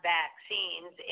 vaccines